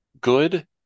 good